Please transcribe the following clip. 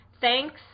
thanks